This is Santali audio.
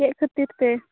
ᱪᱮᱫ ᱷᱟᱹᱛᱤᱨ ᱛᱮ